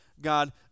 God